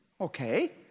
Okay